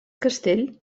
castell